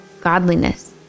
godliness